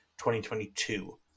2022